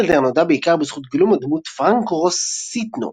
פרידלנדר נודע בעיקר בזכות גילום הדמות פרנק רוסיטנו